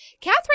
Catherine